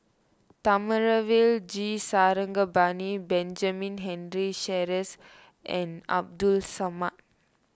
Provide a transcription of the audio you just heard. Thamizhavel G Sarangapani Benjamin Henry Sheares and Abdul Samad